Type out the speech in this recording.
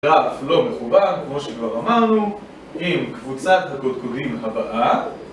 רף לא מכובד, כמו שכבר אמרנו, עם קבוצת הקודקודים הבאה